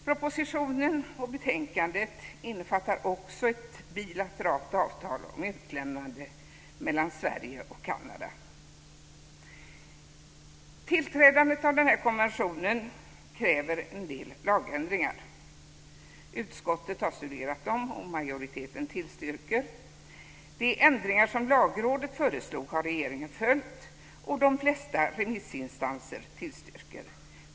Propositionen och betänkandet innefattar också ett bilateralt avtal om utlämnande mellan Sverige och Kanada. Tillträdandet av den här konventionen kräver en del lagändringar. Utskottet har studerat dem och majoriteten tillstyrker. De ändringar som Lagrådet föreslog har regeringen följt, och de flesta remissinstanser tillstyrker.